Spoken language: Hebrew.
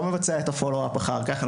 מבצע את הפולו-אפ אחר כך,